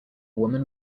woman